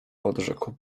odrzekł